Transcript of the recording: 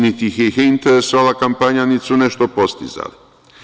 Niti ih je interesovala kampanja, niti su nešto postizali.